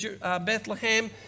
Bethlehem